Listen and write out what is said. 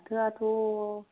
फाथोयाथ'